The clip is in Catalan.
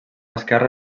esquerra